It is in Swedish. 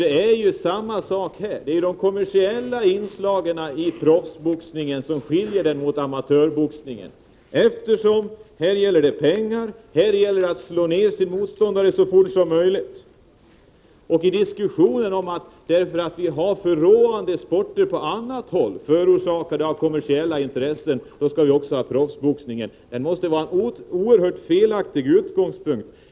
Det är ju de kommersiella inslagen i proffsboxningen som skiljer den från amatörboxningen. Här gäller det pengar. Här gäller det att slå ner sin motståndare så fort som möjligt. I diskussionen säger man att eftersom vi har förråande sporter på annat håll, förorsakade av kommersiella intressen, skall vi också ha proffsboxning, men det måste vara en oerhört felaktig utgångspunkt.